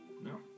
No